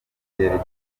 byerekeza